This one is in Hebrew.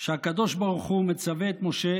שהקדוש ברוך הוא מצווה את משה